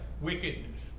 wickedness